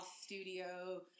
studio